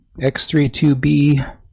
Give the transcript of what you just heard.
X32B